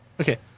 Okay